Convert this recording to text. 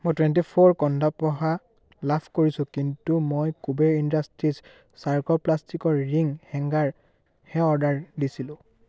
মই twenty four কণ্ডা প'হা লাভ কৰিছোঁ কিন্তু মই কুবেৰ ইণ্ডাষ্টীজ চাৰক'ল প্লাষ্টিকৰ ৰিং হেঙগাৰহে অৰ্ডাৰ দিছিলোঁ